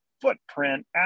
footprint